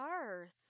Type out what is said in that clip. earth